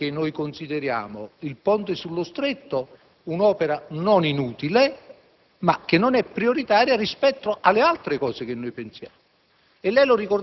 Ecco perché consideriamo il ponte sullo Stretto un'opera non inutile, ma non prioritaria rispetto ad altri progetti che pensiamo